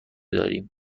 داریم